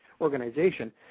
organization